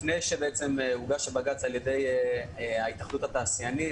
לפני שהוגשה העתירה לבג"ץ על ידי התאחדות התעשיינים